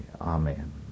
Amen